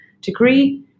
degree